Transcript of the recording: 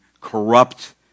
corrupt